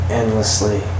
endlessly